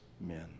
Men